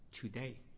Today